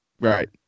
right